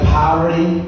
poverty